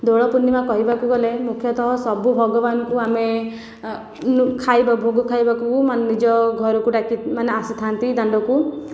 ଦୋଳପୂର୍ଣ୍ଣିମା କହିବାକୁ ଗଲେ ମୁଖ୍ୟତଃ ସବୁ ଭଗବାନଙ୍କୁ ଆମେ ଖାଇବା ଭୋଗ ଖାଇବାକୁ ମାନେ ନିଜ ଘରକୁ ଡାକି ମାନେ ଆସିଥାନ୍ତି ଦାଣ୍ଡକୁ